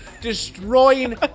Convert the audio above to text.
destroying